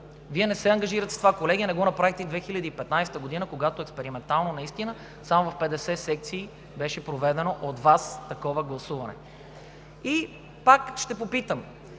Вие не се ангажирате с това, колеги, а не го направихте и 2015 г., когато експериментално наистина само в 50 секции беше проведено такова гласуване от Вас. И пак ще попитам: